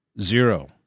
Zero